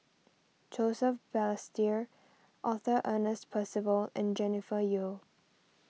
Joseph Balestier Arthur Ernest Percival and Jennifer Yeo